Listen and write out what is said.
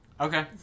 Okay